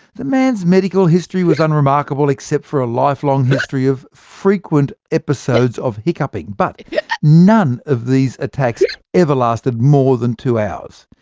the man's medical history was unremarkable, except for a lifelong history of frequent episodes of hiccupping. but yeah none of these attacks ever lasted more than two hours,